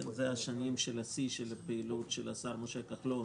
אלה שנות השיא בפעילות של השר משה כחלון